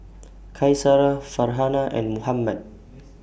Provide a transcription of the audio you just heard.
Qaisara Farhanah and Muhammad